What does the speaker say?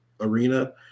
arena